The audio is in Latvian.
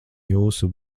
jūsu